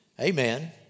amen